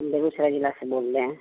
हम बेगूसराय जिला से बोल रहे हैं